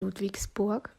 ludwigsburg